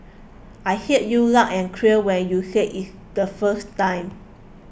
I heard you loud and clear when you said it the first time